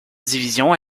division